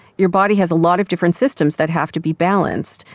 your body has a lot of different systems that have to be balanced,